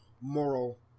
moral